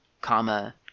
comma